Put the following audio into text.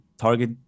target